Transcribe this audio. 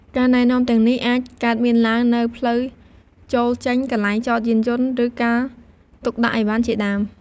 ការណែនាំទាំងនេះអាចកើតមានឡើងនៅផ្លូវចូលចេញ កន្លែងចតយានយន្ត ឬការទុកដាក់ឥវ៉ាន់ជាដើម។